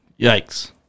Yikes